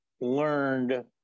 learned